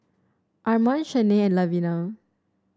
Armand Shanae and Lavina